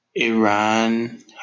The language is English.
Iran